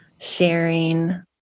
sharing